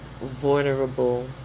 vulnerable